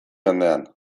mendean